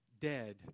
dead